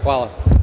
Hvala.